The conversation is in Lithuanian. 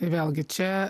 vėlgi čia